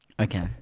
Okay